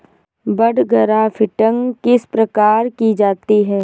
बड grafting किस प्रकार की जाती है?